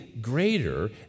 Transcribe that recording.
greater